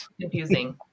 confusing